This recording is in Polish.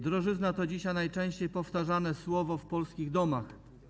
Drożyzna” to dzisiaj najczęściej powtarzane słowo w polskich domach.